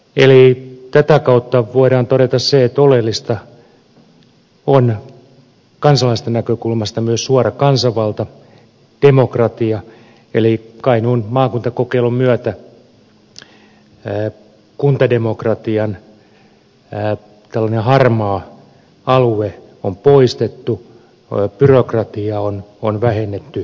eli tätä kautta voidaan todeta se että oleellista on kansalaisten näkökulmasta myös suora kansanvalta demokratia eli kainuun maakuntakokeilun myötä kuntademokratian tällainen harmaa alue on poistettu byrokratiaa on vähennetty oleellisesti